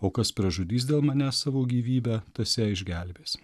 o kas pražudys dėl manęs savo gyvybę tas ją išgelbės